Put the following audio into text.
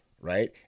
right